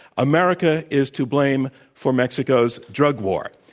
america is to blame for mexico's drug war.